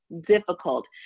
difficult